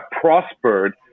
prospered